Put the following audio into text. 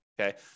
okay